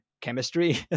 chemistry